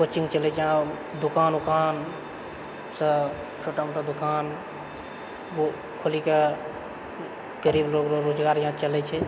coaching चलैत छै दोकान उकानसँ छोटा मोटा दुकान खोलि कऽ गरीब लोग रोजगार यहाँ चलैत छै